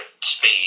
speed